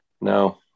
No